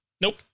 Nope